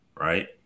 right